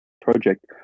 project